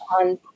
On